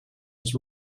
his